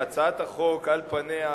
הצעת החוק על פניה,